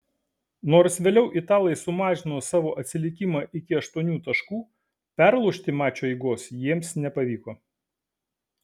nors vėliau italai sumažino savo atsilikimą iki aštuonių taškų perlaužti mačo eigos jiems nepavyko